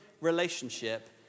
relationship